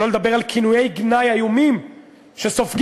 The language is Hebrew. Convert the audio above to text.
שלא לדבר על כינויי גנאי איומים שסופגים